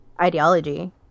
ideology